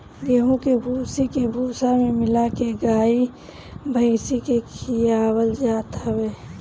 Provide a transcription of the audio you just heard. गेंहू के भूसी के भूसा में मिला के गाई भाईस के खियावल जात हवे